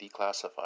declassified